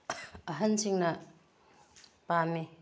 ꯑꯍꯜꯁꯤꯡꯅ ꯄꯥꯝꯃꯤ